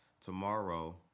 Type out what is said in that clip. tomorrow